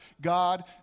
God